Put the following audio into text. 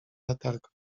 latarką